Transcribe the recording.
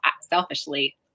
selfishly